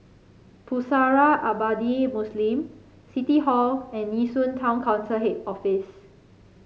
Pusara Abadi Muslim City Hall and Nee Soon Town Council Head Office